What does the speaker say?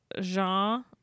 Jean